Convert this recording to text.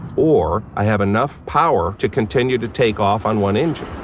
or i have enough power to continue to take off on one engine